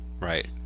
Right